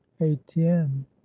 etienne